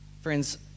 Friends